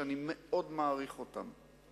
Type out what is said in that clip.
שאני מאוד מעריך אותם,